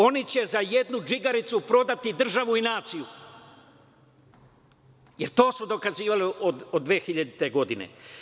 Oni će za jednu džigericu prodati državu i naciju, jer to su dokazivali od 2000. godine.